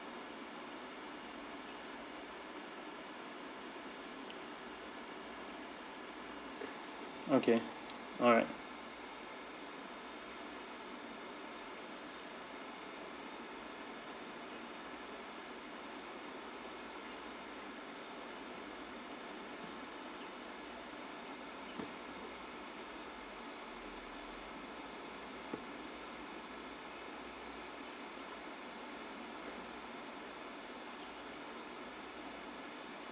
okay all right